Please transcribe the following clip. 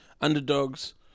underdogs